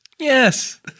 Yes